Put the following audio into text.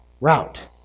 route